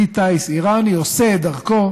כלי טיס איראני עושה את דרכו